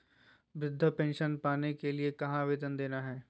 वृद्धा पेंसन पावे के लिए कहा आवेदन देना है?